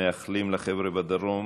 מאחלים לחבר'ה בדרום